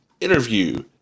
interview